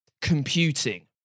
computing